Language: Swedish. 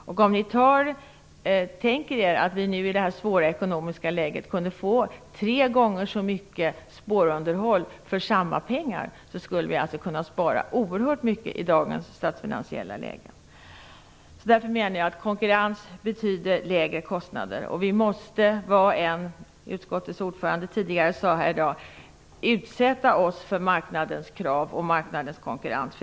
Tänk er att vi skulle kunna få tre gånger så mycket spårunderhåll för samma pengar i detta svåra ekonomiska läge! Det skulle betyda oerhört mycket i dagens statsfinansiella läge. Konkurrens betyder lägre kostnader. Vi måste - vad utskottets ordförande än sade tidigare i dag - utsätta oss för marknadens krav och marknadens konkurrens.